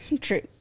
True